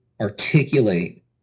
articulate